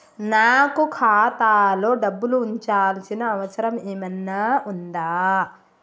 నాకు ఖాతాలో డబ్బులు ఉంచాల్సిన అవసరం ఏమన్నా ఉందా?